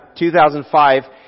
2005